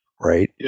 right